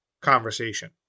conversation